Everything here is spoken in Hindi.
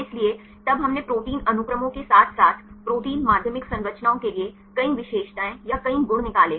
इसलिए तब हमने प्रोटीन अनुक्रमों के साथ साथ प्रोटीन माध्यमिक संरचनाओं के लिए कई विशेषताएं या कई गुण निकाले